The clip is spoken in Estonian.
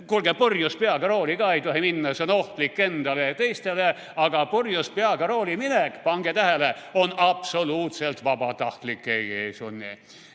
kuulge, purjus peaga rooli ka ei tohi minna, see on ohtlik endale ja teistele. Aga purjus peaga rooliminek, pange tähele, on absoluutselt vabatahtlik. Keegi